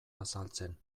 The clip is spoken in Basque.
azaltzen